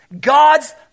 God's